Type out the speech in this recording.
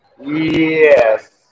Yes